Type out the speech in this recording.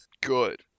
Good